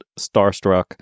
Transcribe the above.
starstruck